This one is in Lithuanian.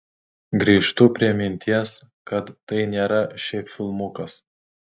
grįžtu prie minties kad tai nėra šiaip filmukas